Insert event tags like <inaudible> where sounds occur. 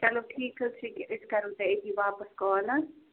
چلو ٹھیٖک حظ چھِ <unintelligible> أسۍ کَرَو تۄہہِ أتی واپَس کال ہہ